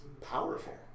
powerful